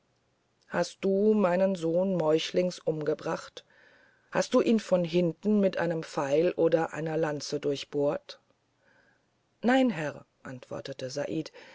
hast du meinen sohn meuchlings umgebracht hast du ihn von hinten mit einem pfeil oder einer lanze durchbohrt nein herr antwortete said